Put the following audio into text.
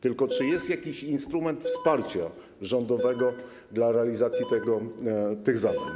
Tylko czy jest jakiś instrument wsparcia rządowego dla realizacji tych zadań?